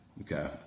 Okay